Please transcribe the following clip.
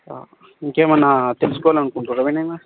ఇంకా ఏమైన తెలుసుకోవాలి అనుకుంటున్నారా వినయ్ మరి